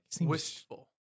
wistful